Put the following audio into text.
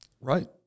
Right